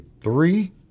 three